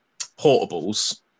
portables